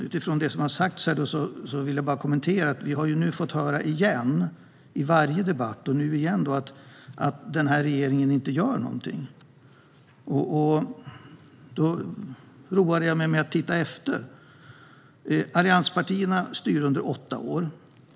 Utifrån det som har sagts vill jag kommentera att vi i varje debatt och nu igen har fått höra att den här regeringen inte gör någonting. Jag roade mig med att titta efter. Allianspartierna styrde under åtta år.